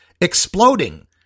exploding